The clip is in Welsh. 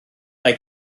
mae